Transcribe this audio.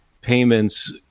payments